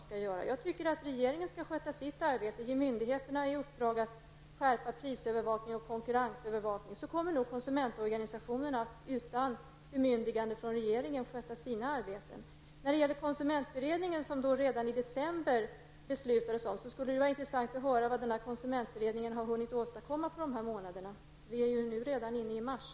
Om regeringen sköter sitt arbete och ger myndigheterna i uppdrag att skärpa prisoch konkurrensövervakning, kommer nog konsumentorganisationerna att utan bemyndiganden från regeringen sköta sitt arbete. I december fattades beslut om att tillsätta en konsumentberedning. Det vore intressant att få höra vad denna beredning har hunnit åstadkomma under dessa månader. Vi är redan nu inne i mars.